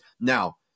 Now